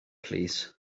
plîs